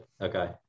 okay